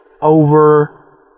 over